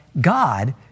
God